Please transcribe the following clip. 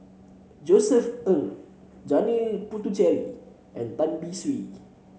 Josef Ng Janil Puthucheary and Tan Beng Swee